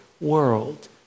world